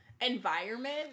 environment